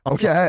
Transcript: Okay